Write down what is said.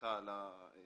סליחה על המינוח,